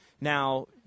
Now